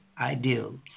ideal